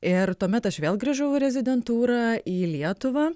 ir tuomet aš vėl grįžau į rezidentūrą į lietuvą